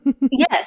Yes